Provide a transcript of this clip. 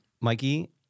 Mikey